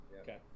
Okay